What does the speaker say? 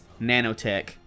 nanotech